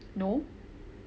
no